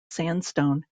sandstone